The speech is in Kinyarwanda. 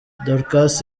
dorcas